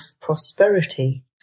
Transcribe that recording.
prosperity